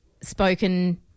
spoken